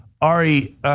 Ari